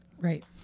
Right